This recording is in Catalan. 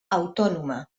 autònoma